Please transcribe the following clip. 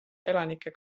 elanike